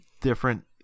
different